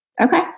Okay